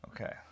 Okay